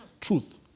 truth